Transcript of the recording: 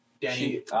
Danny